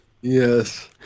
Yes